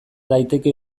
daiteke